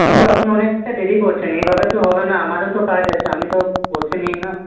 কিন্তু আপনি অনেকটা দেরি করছেন এইভাবে তো হবে না আমারও তো কাজ আছে আমি তো বসে নেই না